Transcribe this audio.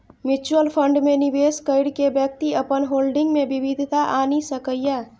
mutual fund मे निवेश कैर के व्यक्ति अपन होल्डिंग मे विविधता आनि सकैए